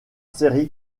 série